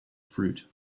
fruit